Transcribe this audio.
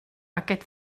aquest